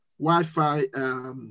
Wi-Fi